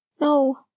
No